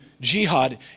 jihad